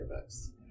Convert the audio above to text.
books